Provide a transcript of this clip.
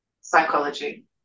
psychology